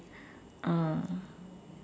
uh